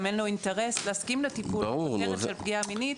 גם אין לו אינטרס להסכים לטיפול עם כותרת של פגיעה מינית,